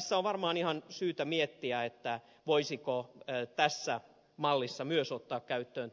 tässä on varmaan ihan syytä miettiä voisiko tässä mallissa myös ottaa käyttöön